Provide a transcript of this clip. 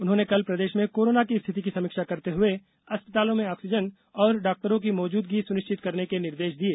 उन्होंने कल प्रदेश में कोरोना की स्थिति की समीक्षा करते हुए अस्पतालों में आक्सिजन और डॉक्टरों की मौजूदगी सुनिश्चित करने के निर्देश दिये